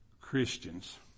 Christians